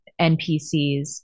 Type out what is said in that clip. npcs